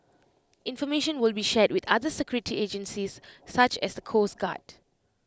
information will be shared with other security agencies such as the coast guard